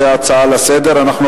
זאת הצעה לסדר-היום.